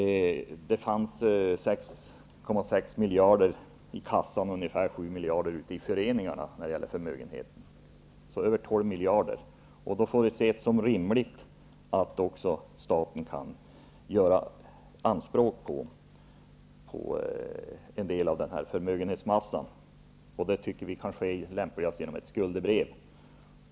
Det finns 6,6 miljarder i kassan och ungefär 7 miljarder ute i föreningarna. Förmögenheten uppgår således till över tolv miljarder. Man får då anse det vara rimligt att staten kan göra anspråk på en del av den här förmögenhetsmassan. Det tycker vi sker lämpligast genom ett skuldebrev.